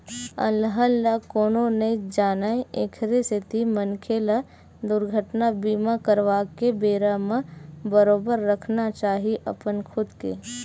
अलहन ल कोनो नइ जानय एखरे सेती मनखे ल दुरघटना बीमा करवाके बेरा म बरोबर रखना चाही अपन खुद के